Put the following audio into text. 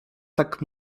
tak